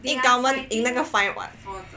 因为 government 赢那个 fine [what]